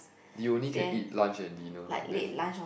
you only can eat lunch and dinner then